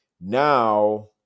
Now